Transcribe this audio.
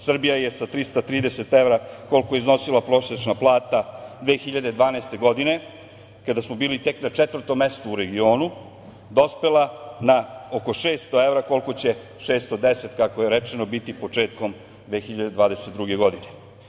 Srbija je sa 330 evra, koliko je iznosila prosečna plata 2012. godine, kada smo bili tek na četvrtom mestu u regionu, dospela na oko 600 evra koliko će 610, kako je rečeno, biti početkom 2022. godine.